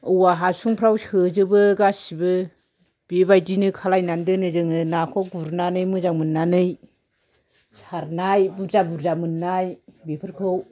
औवा हासुंफ्राव सोजोबो गासिबो बेबायदिनो खालायनानै दोनो जोङो नाखौ गुरनानै मोजां मोननानै सारनाय बुरजा बुरजा मोननाय बेफोरखौ